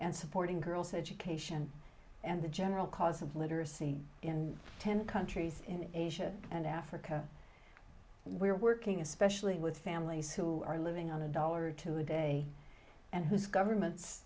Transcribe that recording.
and supporting girls education and the general cause of literacy in ten countries in asia and africa we're working especially with families who are living on a dollar or two a day and whose governments